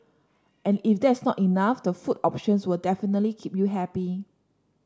and if that's not enough the food options will definitely keep you happy